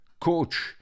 coach